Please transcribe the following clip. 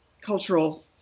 cultural